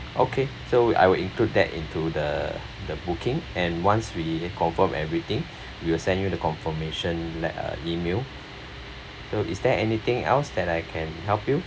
okay so I will include that into the the booking and once we confirm everything we will send you the confirmation lett~ uh email so is there anything else that I can help you